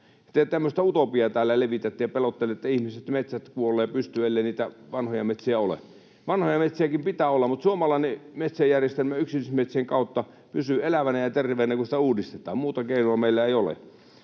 tämmöistä utopiaa täällä levitätte ja pelottelette ihmiset, että metsät kuolevat pystyyn, ellei niitä vanhoja metsiä ole. Vanhoja metsiäkin pitää olla, mutta suomalainen metsäjärjestelmä yksityismetsien kautta pysyy elävänä ja terveenä, kun sitä uudistetaan. Muuta keinoa meillä ei ole.